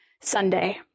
Sunday